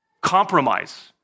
compromise